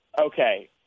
Okay